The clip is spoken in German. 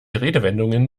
redewendungen